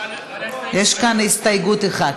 יש כאן אחת.